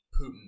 Putin